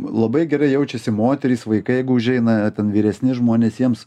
tai labai gerai jaučiasi moterys vaikai jeigu užeina ten vyresni žmonės jiems